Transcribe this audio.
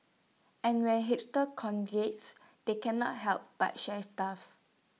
and when hipsters congregate they cannot help but share stuff